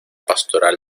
pastoral